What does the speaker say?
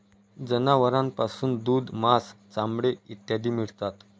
जनावरांपासून दूध, मांस, चामडे इत्यादी मिळतात